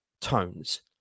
tones